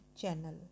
channel